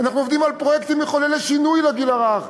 אנחנו עובדים על פרויקטים מחוללי שינוי לגיל הרך.